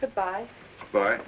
good bye bye